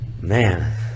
man